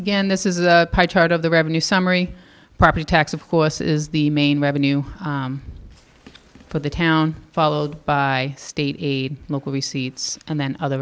again this is a chart of the revenue summary property tax of course is the main revenue for the town followed by state aid local receipts and then other